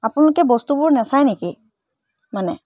আপোনালোকে বস্তুবোৰ নেচায় নেকি মানে